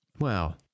Wow